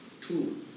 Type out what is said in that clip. Two